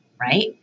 Right